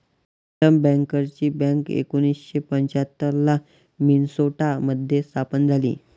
प्रथम बँकर्सची बँक एकोणीसशे पंच्याहत्तर ला मिन्सोटा मध्ये स्थापन झाली